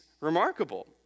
remarkable